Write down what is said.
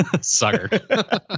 Sucker